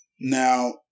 Now